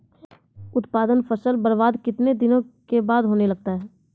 उत्पादन फसल बबार्द कितने दिनों के बाद होने लगता हैं?